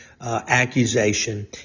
accusation